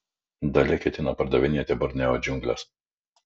dalia ketina pardavinėti borneo džiungles